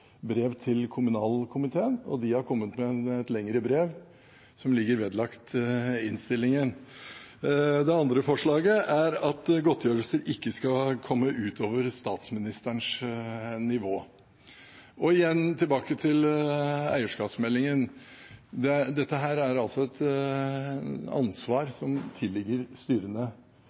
brev til kommunal- og forvaltningskomiteen, og de har kommet med et lengre brev, som er tatt inn i innstillingen. Det andre forslaget er at taket på godtgjørelser ikke skal være på et høyere nivå enn det som gjelder for statsministeren. Igjen tilbake til eierskapsmeldingen. Dette er altså et